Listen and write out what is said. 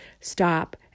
Stop